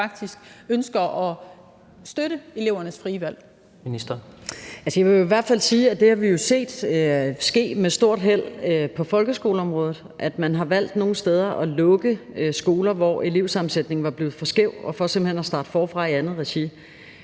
Rosenkrantz-Theil): Jeg vil i hvert fald sige, at det har vi jo set ske med stort held på folkeskoleområdet, altså at man nogle steder har valgt at lukke skoler, hvor elevsammensætningen var blevet for skæv, for simpelt hen at starte forfra i andet regi.